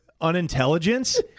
Unintelligence